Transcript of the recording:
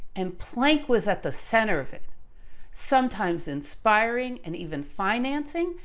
and planck was at the center of it sometimes inspiring, and even financing,